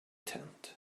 tent